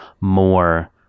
more